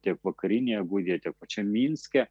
tiek vakarinėje gudijoje tiek pačiam minske